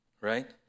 right